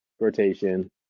rotation